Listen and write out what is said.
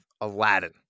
Aladdin